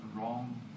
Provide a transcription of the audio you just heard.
wrong